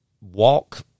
walk